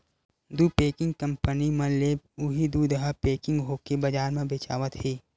दू packing company मन ले उही दूद ह पेकिग होके बजार म बेचावत हे